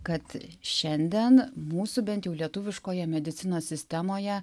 kad šiandien mūsų bent jau lietuviškoje medicinos sistemoje